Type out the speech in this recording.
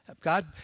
God